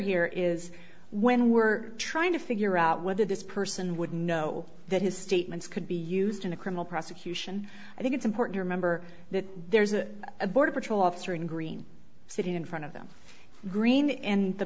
here is when we're trying to figure out whether this person would know that his statements could be used in a criminal prosecution i think it's important to remember that there's a a border patrol officer in green sitting in front of them green in the